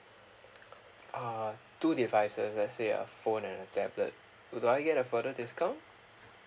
uh two devices if let's say ah phone and a tablet do I get a further discount